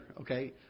okay